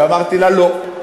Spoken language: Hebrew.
ואמרתי לה: לא.